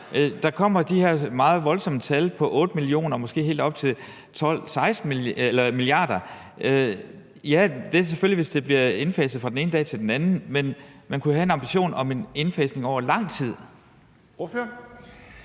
Der kommer de her meget voldsomme tal på 8 mia. kr. og måske helt op til 12-16 mia. kr. Ja, det er det selvfølgelig, hvis det indfases fra den ene dag til den anden, men man kunne have en ambition om en indfasning over lang tid. Kl.